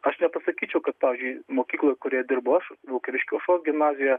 aš nepasakyčiau kad pavyzdžiui mokykloj kurioje dirbu aš vilkaviškio aušros progimnazijoje